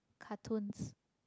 cartoons